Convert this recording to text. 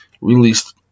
released